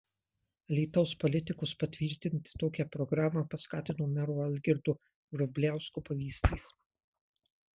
alytaus politikus patvirtinti tokią programą paskatino mero algirdo vrubliausko pavyzdys